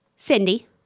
Cindy